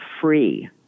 free